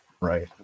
Right